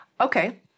Okay